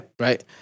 Right